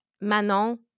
Manon